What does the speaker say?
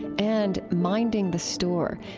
and minding the store,